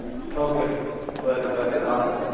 okay बरें बरें हय